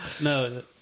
No